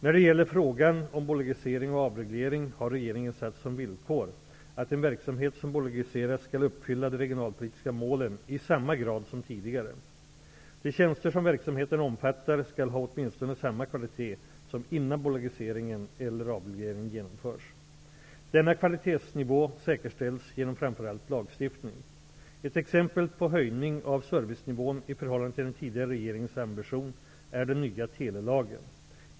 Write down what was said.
När det gäller frågan om bolagisering och avreglering har regeringen satt som villkor att en verksamhet som bolagiseras skall uppfylla de regionalpolitiska målen i samma grad som tidigare. De tjänster som verksamheten omfattar skall ha åtminstone samma kvalitet som innan bolagiseringen eller avregleringen genomförs. Denna kvalitetsnivå säkerställs genom framför allt lagstiftning. Ett exempel på höjning av servicenivån i förhållande till den tidigare regeringens ambition är den nya telelagen.